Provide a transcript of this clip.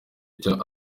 icyo